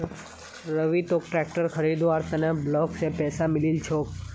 रवि तोक ट्रैक्टर खरीदवार त न ब्लॉक स पैसा मिलील छोक